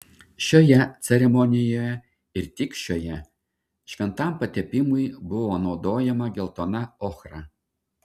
šioje ceremonijoje ir tik šioje šventam patepimui buvo naudojama geltona ochra